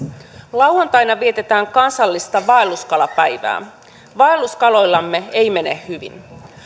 lauantaina vietetään kansallista vaelluskalapäivää vaelluskaloillamme ei mene hyvin